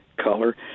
color